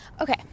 Okay